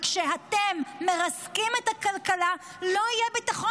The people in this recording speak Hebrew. וכשאתם מרסקים את הכלכלה לא יהיה ביטחון.